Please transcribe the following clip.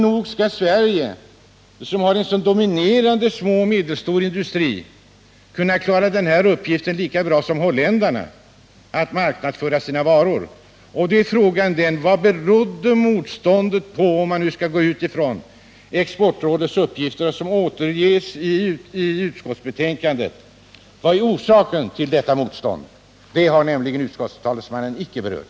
Nog borde Sverige, som har en så dominerande industri av små och medelstora företag, kunna klara denna uppgift — att marknadsföra deras varor — lika bra som Holland klarar motsvarande uppgift. Frågan är: Vad beror — om vi nu utgår från Exportrådets uppgifter, som återges i betänkandet —- de svenska företagens motstånd på? Det har utskottets talesman icke berört.